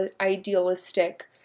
idealistic